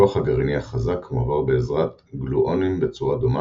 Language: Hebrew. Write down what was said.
הכוח הגרעיני החזק מועבר בעזרת גלואונים בצורה דומה